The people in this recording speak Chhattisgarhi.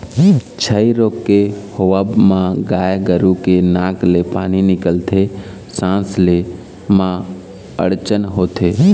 छई रोग के होवब म गाय गरु के नाक ले पानी निकलथे, सांस ले म अड़चन होथे